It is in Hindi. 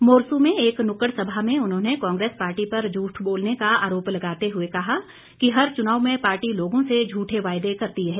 मोरसू में एक नुक्कड़ सभा में उन्होंने कांग्रेस पार्टी पर झूठ बोलने का आरोप लगाते हुए कहा कि हर चुनाव में पार्टी लोगों से झूठे वायदे करती है